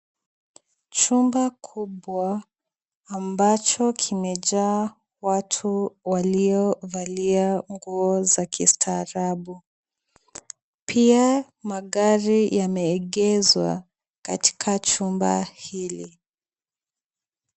Chumba kubwa ambacho kimejaa watu waliovalia nguo za kistaarabu. Pia magari yameegezwa katika chumba hili.